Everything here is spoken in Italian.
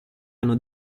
hanno